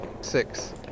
Six